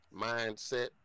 Mindset